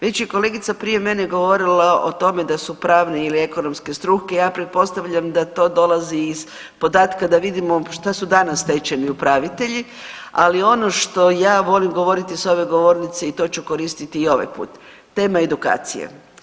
Već je kolegica prije mene govorila o tome da su pravne ili ekonomske struke, ja pretpostavljam da to dolazi iz podataka da vidimo šta su danas stečajni upravitelji, ali ono što ja volim govoriti s ove govornice i to ću koristiti i ovaj put, tema edukacije.